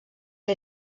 que